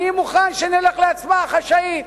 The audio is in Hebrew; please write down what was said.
אני מוכן שנלך להצבעה חשאית.